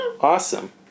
Awesome